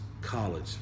college